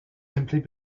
simply